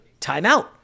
Timeout